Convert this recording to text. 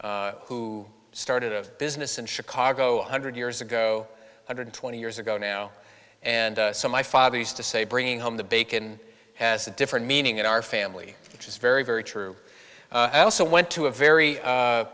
meyer who started a business in chicago hundred years ago hundred twenty years ago now and so my father used to say bringing home the bacon has a different meaning in our family which is very very true i also went to a very